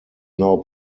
now